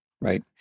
right